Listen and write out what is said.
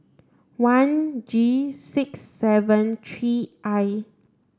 one G six seven three I